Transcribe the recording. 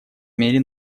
мере